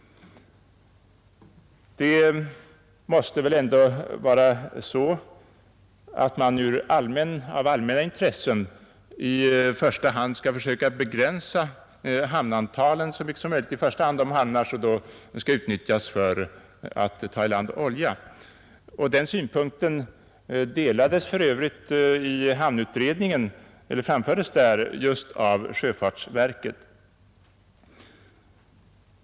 Det måste väl ändå vara så att man av allmänna intressen i första hand skall försöka begränsa hamnantalet så mycket som möjligt och då i synnerhet när det gäller hamnar som kan utnyttjas för att ta i land olja. Den synpunkten har för övrigt enligt uppgift framförts i hamnutredningen just av sjöfartsverket.